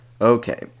Okay